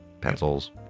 pencils